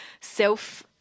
self